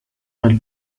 nel